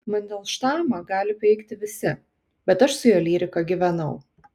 mandelštamą gali peikti visi bet aš su jo lyrika gyvenau